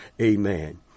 Amen